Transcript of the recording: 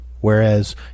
Whereas